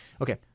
Okay